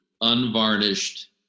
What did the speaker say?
unvarnished